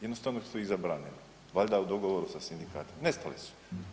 Jednostavno su ih zabranili valjda u dogovoru sa sindikatima, nestale su.